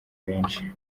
benshi